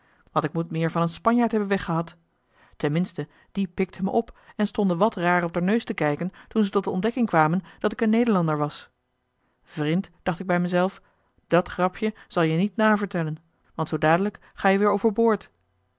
want ik moet meer van een spanjaard hebben weggehad ten minste die pikten me op en ze stonden wat raar op d'r neus te kijken toen ze tot de ontdekking kwamen dat ik een nederlander was vrind dacht ik bij me zelf dat grapje zal je niet navertellen want zoo dadelijk ga-je weer